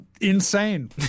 insane